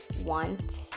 want